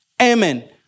Amen